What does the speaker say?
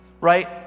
right